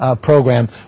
program